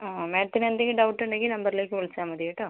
ആ ആ മാഡത്തിന് എന്തെങ്കിലും ഡൗട്ട് ഉണ്ടെങ്കിൽ ഈ നമ്പറിലേക്ക് വിളിച്ചാൽ മതി കേട്ടോ